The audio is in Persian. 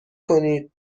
کنید